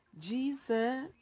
Jesus